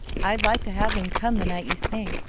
i'd like to have them come the night you sing.